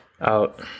Out